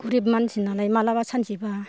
गोरिब मानसि नालाय मालाबा सानसेबा